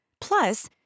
Plus